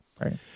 Right